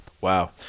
Wow